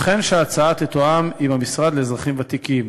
וכן שההצעה תתואם עם המשרד לאזרחים ותיקים.